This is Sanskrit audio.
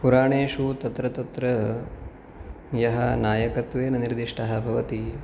पुराणेषु तत्र तत्र यः नायकत्वेन निर्दिष्टः भवति